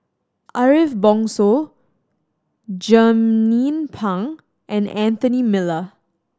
Ariff Bongso Jernnine Pang and Anthony Miller